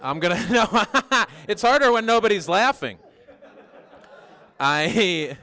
i'm going to it's harder when nobody's laughing i